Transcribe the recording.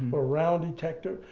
or round detector,